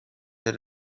did